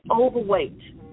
overweight